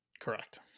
correct